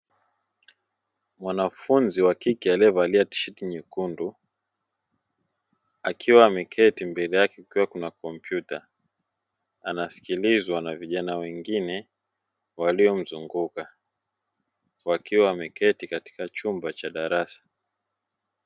Mwanafunzi wa kike aliyevalia tisheti nyekundu akiwa ameketi mbele yake kukiwa kuna kompyuta, anasikilizwa na vijana wengine waliomzunguka wakiwa wameketi katika chumba cha darasa.